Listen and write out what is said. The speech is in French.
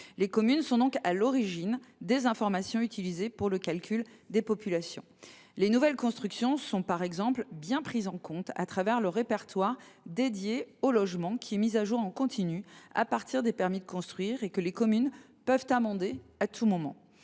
Les communes sont donc à l’origine des informations utilisées pour le calcul des populations. Les nouvelles constructions sont par exemple bien prises en compte dans le répertoire susvisé, qui est mis à jour en continu à partir des permis de construire et que les communes peuvent amender à tout moment.